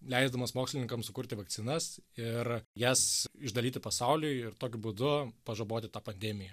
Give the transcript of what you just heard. leisdamas mokslininkams sukurti vakcinas ir jas išdalyti pasauliui ir tokiu būdu pažaboti tą pandemiją